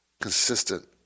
consistent